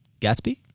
Gatsby